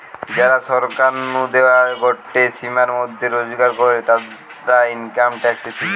যারা সরকার নু দেওয়া গটে সীমার মধ্যে রোজগার করে, তারা ইনকাম ট্যাক্স দিতেছে